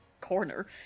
corner